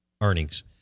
earnings